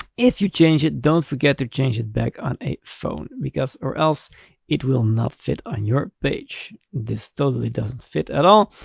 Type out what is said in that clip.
if you change it, don't forget to change it back on a phone because or else it will not fit on your page. this totally doesn't fit at all,